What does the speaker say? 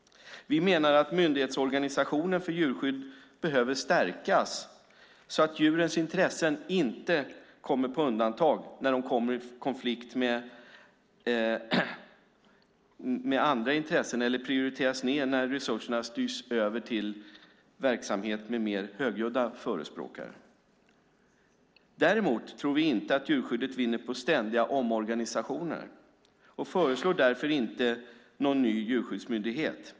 Vi menar att myndighetsorganisationen för djurskyddet behöver stärkas så att djurens intressen inte kommer på undantag när de kommer i konflikt med andra intressen eller prioriteras ned när resurserna styrs över till verksamhet med mer högljudda förespråkare. Däremot tror vi inte att djurskyddet vinner på ständiga omfattande omorganisationer, och vi föreslår därför inte någon ny djurskyddsmyndighet.